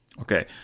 Okay